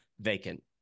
vacant